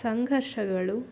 ಸಂಘರ್ಷಗಳು